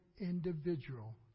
individual